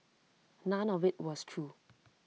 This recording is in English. none of IT was true